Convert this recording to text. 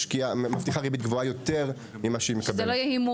מבטיחה ריבית גבוהה יותר ממה שהיא מתכוונת.